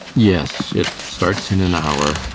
yes it starts in an hour.